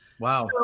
Wow